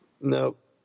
Nope